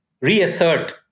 reassert